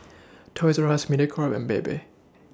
Toys R US Mediacorp and Bebe